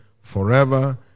forever